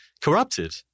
corrupted